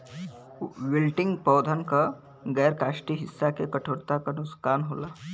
wilting पौधन क गैर काष्ठीय हिस्सा के कठोरता क नुकसान होला